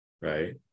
Right